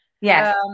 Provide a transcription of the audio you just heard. Yes